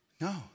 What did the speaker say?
no